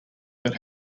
that